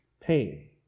pain